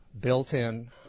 built-in